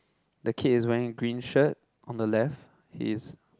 the kid is wearing green shirt on the left he's